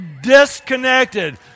disconnected